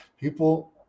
people